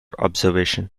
observation